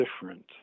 different